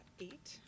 eight